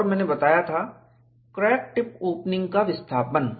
और मैंने बताया था क्रैक टिप ओपनिंग का विस्थापन